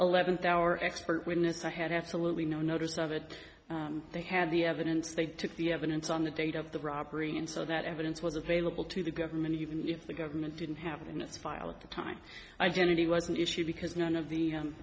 eleventh our expert witness i had absolutely no notice of it they had the evidence they took the evidence on the date of the robbery and so that evidence was available to the government even if the government didn't happen its filing time identity was an issue because none of the